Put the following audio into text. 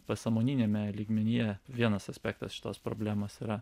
pasąmoningame lygmenyje vienas aspektas šitos problemos yra